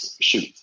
Shoot